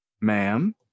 ma'am